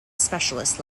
specialist